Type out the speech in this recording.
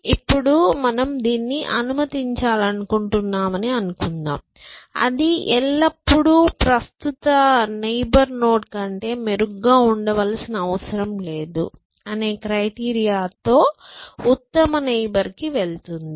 ఇప్పుడు మేము దీన్ని అనుమతించాలనుకుంటున్నామని అనుకుందాం అది ఎల్లప్పుడూ ప్రస్తుత నైబర్ నోడ్ కంటే మెరుగ్గా ఉండవలసిన అవసరం లేదు అనే క్రైటీరియాతో ఉత్తమ నైబర్ కి వెళుతుంది